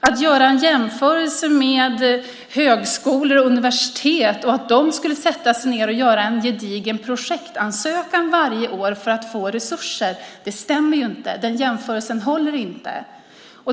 Att högskolor och universitet skulle sätta sig ned och göra en gedigen projektansökan varje år för att få resurser stämmer inte. Jämförelsen håller inte.